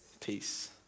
Peace